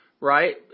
Right